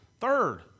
Third